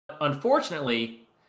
Unfortunately